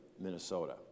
Minnesota